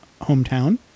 hometown